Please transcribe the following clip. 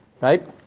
right